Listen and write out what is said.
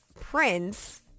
prince